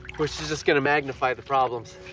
which is just going to magnify the problems.